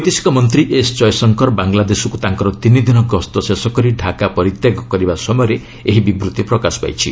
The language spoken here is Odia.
ବୈଦେଶିକ ମନ୍ତ୍ରୀ ଏସ୍ ଜୟଶଙ୍କର ବାଂଲାଦେଶକୁ ତାଙ୍କର ତିନି ଦିନ ଗସ୍ତ ଶେଷ କରି ଢାକା ପରିତ୍ୟାଗ କରିବା ସମୟରେ ଏହି ବିବୃତ୍ତି ପ୍ରକାଶ ପାଇଛି